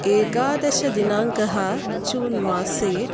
एकादशदिनाङ्कः जून् मासे